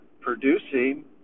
producing